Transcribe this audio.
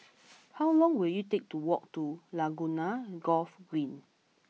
how long will it take to walk to Laguna Golf Green